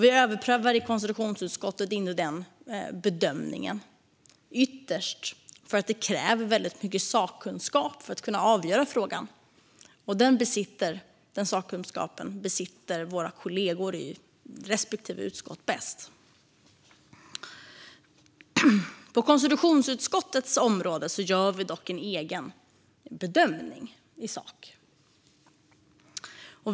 Vi överprövar i konstitutionsutskottet inte den bedömningen - ytterst för att det kräver väldigt mycket sakkunskap för att kunna avgöra frågan. Den sakkunskapen besitter våra kollegor i respektive utskott bäst. På konstitutionsutskottets område gör vi dock en egen bedömning i sak.